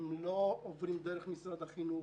הם לא עוברים דרך משרד החינוך